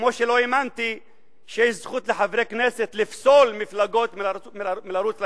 כמו שלא האמנתי שיש זכות לחברי הכנסת לפסול מפלגות מלרוץ לבחירות.